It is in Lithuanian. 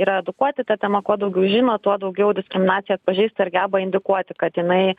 yra edukuoti ta tema kuo daugiau žino tuo daugiau diskriminaciją atpažįsta ir geba indikuoti kad jinai